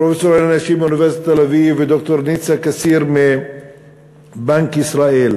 פרופסור ערן ישיב מאוניברסיטת תל-אביב וד"ר ניצה קציר מבנק ישראל